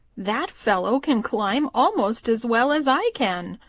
that fellow can climb almost as well as i can.